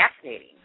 fascinating